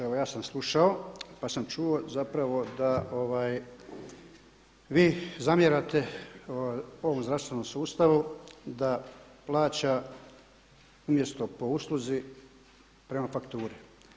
Evo ja sam slušao, pa sam čuo zapravo da vi zamjerate ovom zdravstvenom sustavu da plaća umjesto po usluzi prema fakturi.